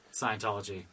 scientology